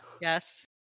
Yes